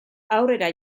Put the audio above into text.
aurrera